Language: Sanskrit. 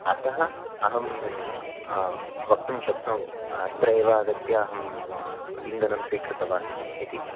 अतः अहं वक्तुं शक्नोमि अत्रैव आगत्य अहम् इन्धनं स्वीकृतवान् इति